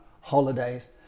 holidays